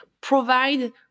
provide